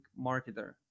marketer